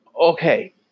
Okay